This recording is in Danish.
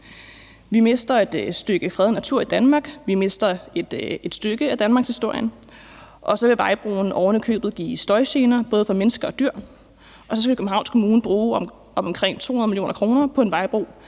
Vi mister et stykke fredet natur i Danmark, og vi mister et stykke af danmarkshistorien, og så vil vejbroen ovenikøbet give støjgener, både for mennesker og dyr. Og så skal Københavns Kommune bruge omkring 2 mio. kr. på en vejbro,